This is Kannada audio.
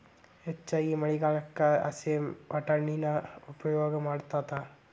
ಹೆಚ್ಚಾಗಿ ಮಳಿಗಾಲಕ್ಕ ಹಸೇ ವಟಾಣಿನ ಉಪಯೋಗ ಮಾಡತಾತ